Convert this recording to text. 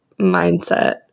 mindset